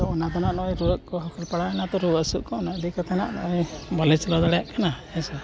ᱚᱱᱟ ᱠᱷᱚᱱᱟᱜ ᱱᱚᱜᱼᱚᱭ ᱨᱩᱣᱟᱹᱜ ᱠᱚ ᱯᱟᱲᱟᱣ ᱮᱱᱟ ᱛᱚ ᱨᱩᱣᱟᱹ ᱦᱟᱹᱥᱩ ᱠᱚ ᱚᱱᱟ ᱤᱫᱤ ᱠᱟᱛᱮᱫ ᱦᱟᱸᱜ ᱱᱚᱜᱼᱚᱭ ᱵᱟᱹᱞᱤᱧ ᱪᱟᱞᱟᱣ ᱫᱟᱲᱮᱭᱟᱜ ᱠᱟᱱᱟ ᱦᱮᱸ ᱥᱮ